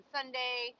Sunday